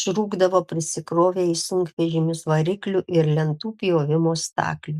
išrūkdavo prisikrovę į sunkvežimius variklių ir lentų pjovimo staklių